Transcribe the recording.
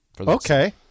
Okay